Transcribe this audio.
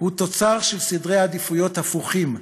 הוא תוצר של סדרי עדיפויות הפוכים,